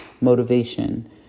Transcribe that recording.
motivation